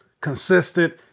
consistent